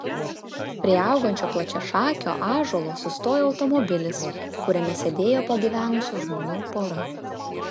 prie augančio plačiašakio ąžuolo sustojo automobilis kuriame sėdėjo pagyvenusių žmonių pora